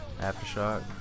Aftershock